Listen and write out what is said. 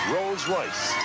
Rolls-Royce